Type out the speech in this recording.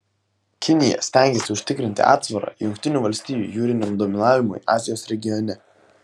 kinija stengiasi užtikrinti atsvarą jungtinių valstijų jūriniam dominavimui azijos regione